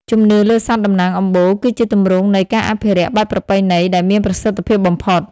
ជំនឿលើសត្វតំណាងអំបូរ គឺជាទម្រង់នៃ "ការអភិរក្សបែបប្រពៃណី" ដែលមានប្រសិទ្ធភាពបំផុត។